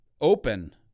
open